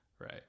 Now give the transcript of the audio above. Right